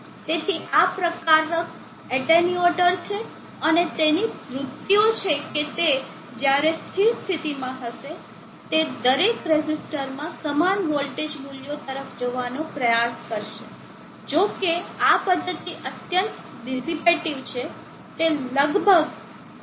તેથી આ પ્રતિકારક એટેન્યુએટર છે અને તેની વૃત્તિઓ છે કે તે જયારે સ્થિર સ્થિતિમાં હશે તે દરેક રેઝિસ્ટરમાં સમાન વોલ્ટેજ મૂલ્યો તરફ જવાનો પ્રયાસ કરશે જો કે આ પદ્ધતિ અત્યંત ડીસીપેટીવ છે તે લગભગ VB2R